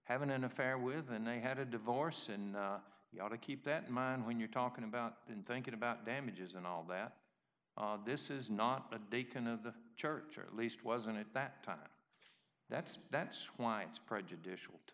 having an affair with and they had a divorce and you ought to keep that in mind when you're talking about and thinking about damages and all that this is not but they can of the church or at least wasn't at that time that's that's why it's prejudicial to